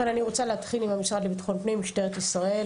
אני רוצה להתחיל עם המשרד לביטחון פנים ומשטרת ישראל.